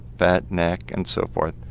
fat neck and so forth.